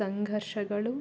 ಸಂಘರ್ಷಗಳು